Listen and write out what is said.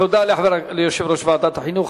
תודה ליושב-ראש ועדת החינוך,